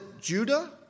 Judah